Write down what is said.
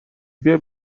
بیا